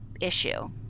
issue